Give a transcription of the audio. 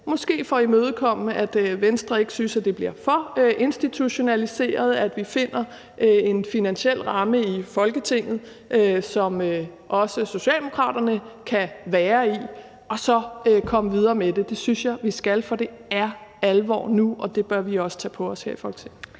måske for at imødekomme, at Venstre ikke skal synes, at det bliver for institutionaliseret, og finder en finansiel ramme i Folketinget, som også Socialdemokraterne kan være i, og så kan vi komme videre med det. Det synes jeg vi skal, for det er alvor nu, og det bør vi også tage på os her i Folketinget.